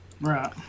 Right